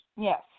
Yes